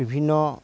বিভিন্ন